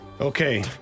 okay